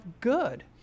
good